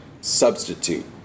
substitute